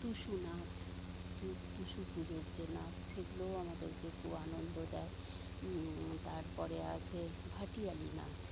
টুসু নাচ তু তুসু পুজোর যে নাচ সেগুলোও আমাদেরকে খুব আনন্দ দেয় তারপরে আছে ভাটিয়ালি নাচ